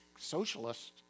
socialist